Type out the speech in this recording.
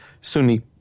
Sunni